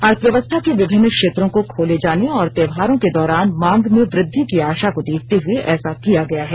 अर्थव्यवस्था के विभन्नि क्षेत्रों को खोले जाने और त्योहारों के दौरान मांग में वृद्वि की आशा को देखते हुए ऐसा किया गया है